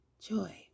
Joy